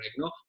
right